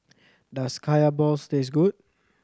does Kaya balls taste good